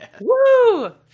Woo